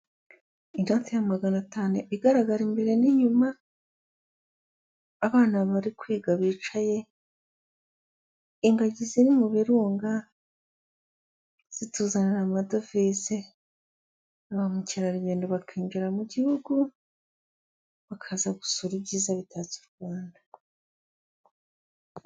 Inate ya magana igaragara imbere n'inyuma, abana bari kwiga bicaye, ingagi ziri mu birunga zituzanira mu amadovize, ba mukerarugendo bakinjira mu gihugu, bakaza gusura ibyiza bitatse u Rwanda.